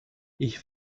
ich